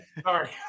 sorry